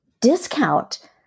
discount